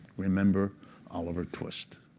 remember oliver twist.